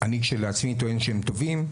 אני כשלעצמי טוען שהם טובים,